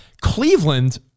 Cleveland